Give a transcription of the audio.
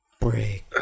Break